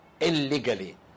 illegally